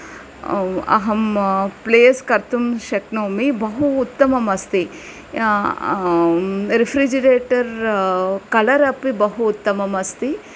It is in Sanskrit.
अहं प्लेस् कर्तुं शक्नोमि बहु उत्तमम् अस्ति रेफ्रेजिरेटर् कलर् अपि बहु उत्तमम् अस्ति